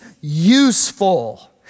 useful